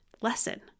lesson